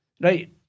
right